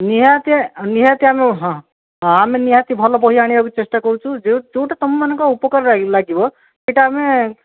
ନିହାତି ନିହାତି ଆମେ ହଁ ହଁ ଆମେ ନିହାତି ଭଲ ବହି ଆଣିବାକୁ ଚେଷ୍ଟା କରୁଛୁ ଯେଉଁଟା ତୁମମାନଙ୍କ ଉପକାରରେ ଲାଗିବ ସେଇଟା ଆମେ